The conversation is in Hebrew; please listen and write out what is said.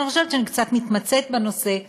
שאני חושבת שאני קצת מתמצאת בנושא,